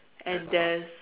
and there's